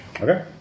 Okay